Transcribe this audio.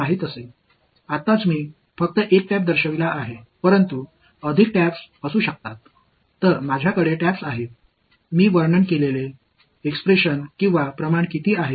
இதில் எத்தனை குழாய்கள் உள்ளன என்று எனக்குத் தெரிந்தால் இப்போது நான் ஒரே ஒரு குழாய் மட்டுமே காட்டியுள்ளேன் ஆனால் அதிகமான குழாய்கள் இருக்கலாம்